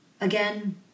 again